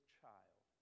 child